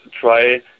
try